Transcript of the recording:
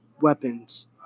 weapons